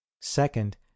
second